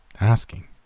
asking